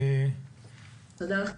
תודה לכם.